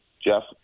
Jeff